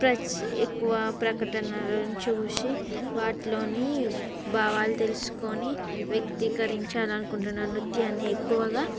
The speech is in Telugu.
ప్రక ఎక్కువగా ప్రకటనలను చూసి వాటిలోని భావాలు తెలుసుకొని వ్యక్తీకరించాలి అనుకుంటున్నాను నృత్యాన్ని ఎక్కువగా